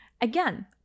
again